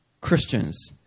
Christians